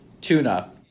tuna